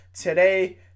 today